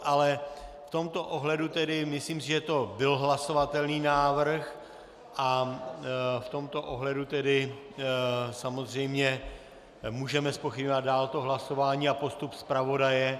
Ale v tomto ohledu tedy si myslím, že to byl hlasovatelný návrh, a v tomto ohledu tedy samozřejmě můžeme zpochybňovat dál to hlasování a postup zpravodaje.